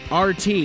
RT